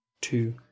Two